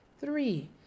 Three